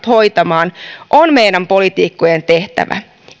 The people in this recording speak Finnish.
hoitamaan on meidän poliitikkojen tehtävä